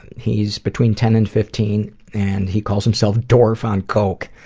he's between ten and fifteen and he calls himself dorf-on-coke.